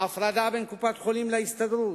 ההפרדה בין קופת-חולים להסתדרות,